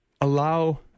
allow